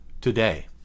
Today